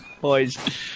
boys